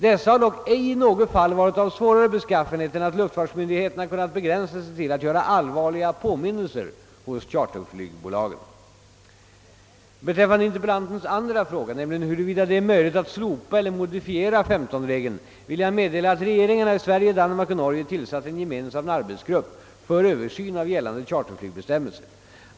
Dessa har dock ej i något fall varit av svårare beskaffenhet än att luftfartsmyndigheterna kunnat begränsa sig till att göra allvarliga påminnelser hos charterflygbolagen. Beträffande interpellantens andra fråga, nämligen huruvida det är möjligt att slopa eller modifiera 15-regeln vill jag meddela att regeringarna i Sverige, Danmark och Norge tillsatt en gemensam arbetsgrupp för översyn av gällande charterflygbestämmelser.